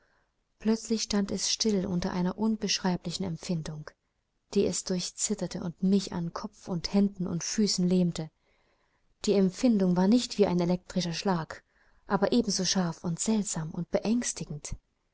plötzlich stand es still unter einer unbeschreiblichen empfindung die es durchzitterte und mich an kopf und händen und füßen lähmte die empfindung war nicht wie ein elektrischer schlag aber ebenso scharf und seltsam und beängstigend